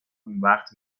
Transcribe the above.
اونوقت